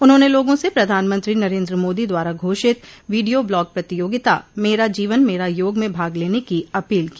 उन्होंने लोगों से प्रधानमंत्री नरेन्द्र मोदी द्वारा घोषित वीडियो ब्लॉग प्रतियोगिता मेरा जीवन मेरा योग में भाग लेने की अपील की